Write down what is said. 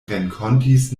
renkontis